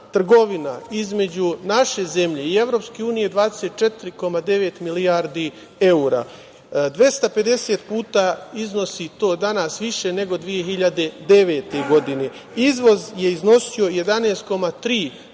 između naše zemlje i EU je 24,9 milijardi evra. To danas iznosi 250 puta više nego 2009. godine. Izvoz je iznosio 11,3 milijarde